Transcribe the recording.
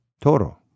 Toro